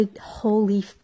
holy